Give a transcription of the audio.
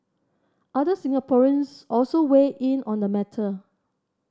other Singaporeans also weigh in on the matter